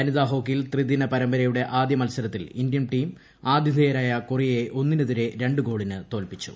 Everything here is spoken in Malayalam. വനിതാ ഹോക്കിയിൽ ത്രിദിന പരമ്പരയുടെ ആദ്യ മത്സരത്തിൽ ഇന്ത്യൻ ടീം ആതിഥേയരായ കൊറിയയെ ഒന്നിനെതിരെ രണ്ട് ഗോളിന് തോൽപ്പിച്ചു